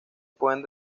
pueden